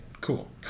cool